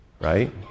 right